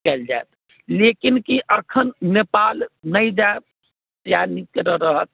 कएल जाइत लेकिन कि अखन नेपाल नहि जाएब सैह निक रहत